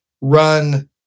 run